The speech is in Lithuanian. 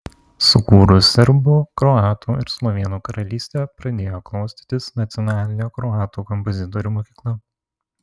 sukūrus serbų kroatų ir slovėnų karalystę pradėjo klostytis nacionalinė kroatų kompozitorių mokykla